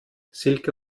silke